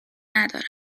ندارم